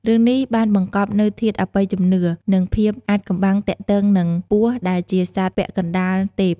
រឿងនេះបានបង្កប់នូវធាតុអបិយជំនឿ និងភាពអាថ៌កំបាំងទាក់ទងនឹងពស់ដែលជាសត្វពាក់កណ្ដាលទេព។